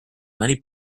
many